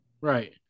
Right